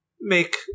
make